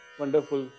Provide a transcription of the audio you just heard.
wonderful